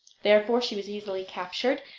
therefore she was easily captured,